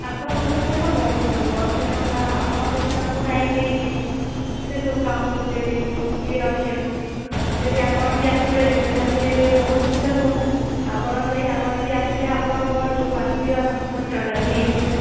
ଆପଣ ଦୋକାନରେ ତ ବହୁତ ଲୋକ ସେ ଆପଣ ଯଦି ତାଙ୍କୁ ଟାଇମ୍ ଦେଇକି ସେସବୁ କାମ ସୂଜାଡ଼ିଆକୁ କି ରଖିବାକୁ ଯଦି ଆପଣ ବି ଆସିପାରିବେ ତାହେଲେ ବହୁତ ସୁବିଧା ହୁଅନ୍ତା ଆପଣପାଇଁ ଆପଣ ବି ଆସିଲେ ଆପଣଙ୍କ ଯୋଉ ଆସିବା ଖର୍ଚ୍ଚଟା ବି ନେଇଯିବେ